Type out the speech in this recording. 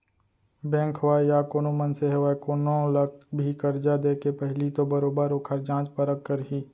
bank होवय या कोनो मनसे होवय कोनो ल भी करजा देके पहिली तो बरोबर ओखर जाँच परख करही